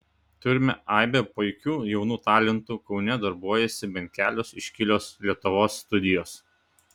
turime aibę puikių jaunų talentų kaune darbuojasi bent kelios iškilios lietuvos studijos